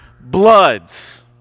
bloods